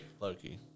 Loki